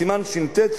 סימן שי"ט,